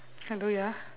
hello ya